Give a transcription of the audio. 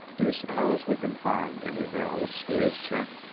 do you suppose we can find any of their old spears, chet?